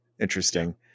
Interesting